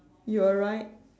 you are right